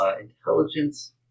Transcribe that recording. intelligence